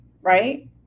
right